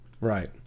right